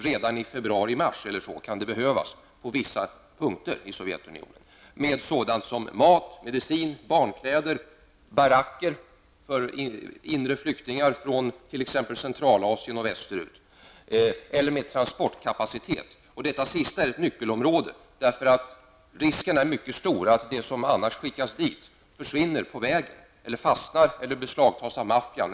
Redan i februari mars kan det behövas på vissa ställen i Sovjet sådant som mat, medicin, barnkläder, baracker för inre flyktingar från Centralasien och transportkapacitet. Det sista är ett nyckelområde, därför att riskerna annars är mycket stora att det som skickas till Sovjetunionen försvinner på vägen eller fastnar någonstans eller beslagstas av maffian.